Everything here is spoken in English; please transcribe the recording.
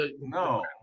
No